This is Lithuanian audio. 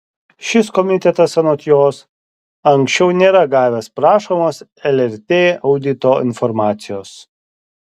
šis komitetas anot jos anksčiau nėra gavęs prašomos lrt audito informacijos